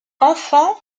enfant